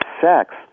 sex